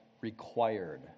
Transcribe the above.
required